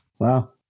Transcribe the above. Wow